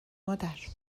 مادر